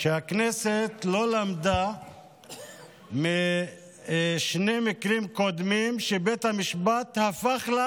שהכנסת לא למדה משני מקרים קודמים שבית המשפט הפך לה